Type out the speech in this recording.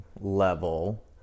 level